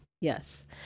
Yes